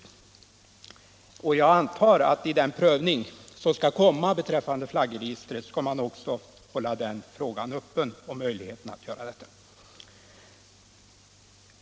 Jag antar att man vid den prövning som skall göras beträffande flaggregistret kommer att hålla möjligheten öppen att sekretessbelägga det.